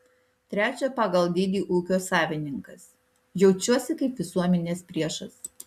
trečio pagal dydį ūkio savininkas jaučiuosi kaip visuomenės priešas